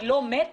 היא לא מתה?